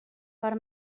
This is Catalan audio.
per